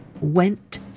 went